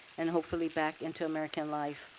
and hopefully back into american life.